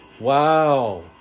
Wow